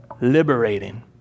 liberating